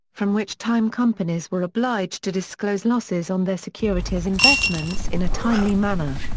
from which time companies were obliged to disclose losses on their securities investments in a timely manner.